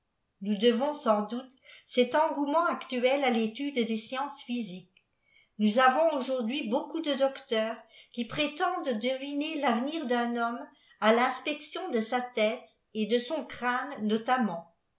nous devons sans doute cet engouaient aetuel à tétude des sciences physiques nous avons aujourd'hui beaucoup de docteurs qui prétendeia deviner lavenir d'un homme à l'inspection de sa tète et de son crftne notamment